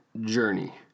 journey